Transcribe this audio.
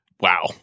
Wow